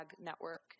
network